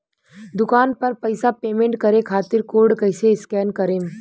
दूकान पर पैसा पेमेंट करे खातिर कोड कैसे स्कैन करेम?